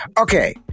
Okay